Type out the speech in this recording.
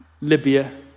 Libya